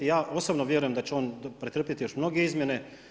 Ja osobno vjeruje da će on pretrpjeti još mnoge izmjene.